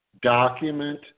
Document